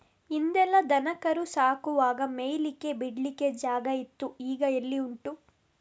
ಹಿಂದೆಲ್ಲ ದನ ಕರು ಸಾಕುವಾಗ ಮೇಯ್ಲಿಕ್ಕೆ ಬಿಡ್ಲಿಕ್ಕೆ ಜಾಗ ಇತ್ತು ಈಗ ಎಲ್ಲಿ ಉಂಟು